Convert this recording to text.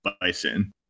Bison